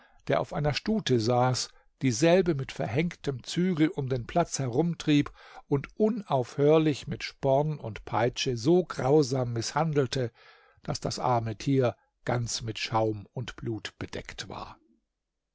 der auf einer stute saß dieselbe mit verhängtem zügel um den platz herumtrieb und unaufhörlich mit sporn und peitsche so grausam mißhandelte daß das arme tier ganz mit schaum und blut bedeckt war